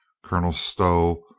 colonel stow,